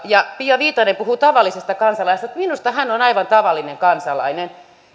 pia viitanen puhui tavallisista kansalaisista minusta hän on aivan tavallinen kansalainen